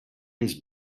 his